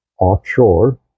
offshore